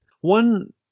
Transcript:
One